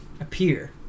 appear